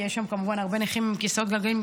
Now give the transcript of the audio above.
כי יש שם כמובן הרבה נכים עם כיסאות גלגלים,